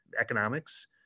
economics